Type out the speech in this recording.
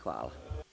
Hvala.